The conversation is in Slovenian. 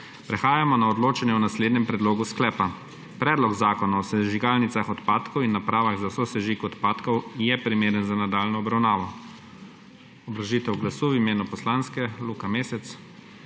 Prehajamo na odločanje o naslednjem predlogu sklepa: Predlog zakona o sežigalnicah odpadkov in napravah za sosežig odpadkov je primeren za nadaljnjo obravnavo. Obrazložitev glasu v imenu poslanske skupine,